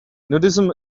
nudism